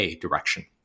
direction